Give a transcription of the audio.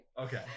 Okay